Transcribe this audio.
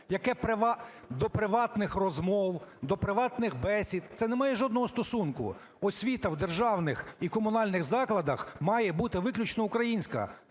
яке до приватних розмов, до приватних бесід це не має жодного стосунку. Освіта в державних і комунальних закладах має бути виключно українська,